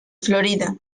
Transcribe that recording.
florida